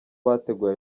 bateguye